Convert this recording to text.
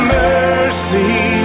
mercy